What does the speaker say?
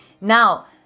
Now